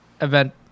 event